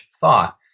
thought